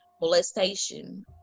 molestation